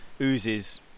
oozes